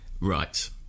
Right